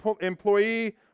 employee